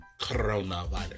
coronavirus